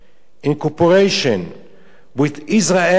in corporation with Israel project,